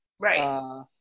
Right